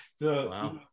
Wow